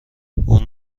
اون